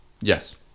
Yes